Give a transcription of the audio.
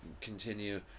continue